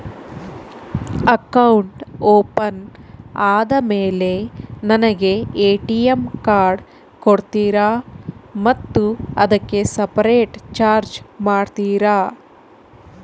Account open ಆದಮೇಲೆ ನನಗೆ ATM card ಕೊಡ್ತೇರಾ ಮತ್ತು ಅದಕ್ಕೆ ಸಪರೇಟ್ ಚಾರ್ಜ್ ಮಾಡ್ತೇರಾ?